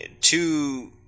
two